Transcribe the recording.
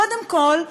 קודם כול,